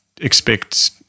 expect